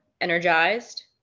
energized